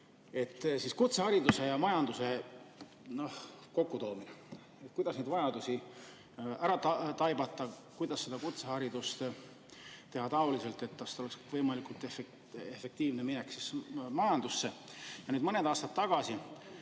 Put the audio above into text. ajal. Kutsehariduse ja majanduse kokkutoomine – kuidas neid vajadusi ära taibata, kuidas kutsehariduses teha taoliselt, et sealt oleks võimalikult efektiivne minek majandusse? Mõned aastad tagasi